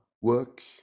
work